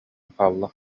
хаалла